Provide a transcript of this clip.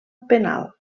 penal